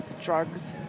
drugs